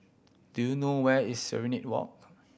do you know where is Serenade Walk